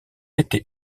été